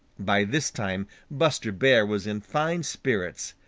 by this time buster bear was in fine spirits.